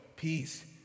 Peace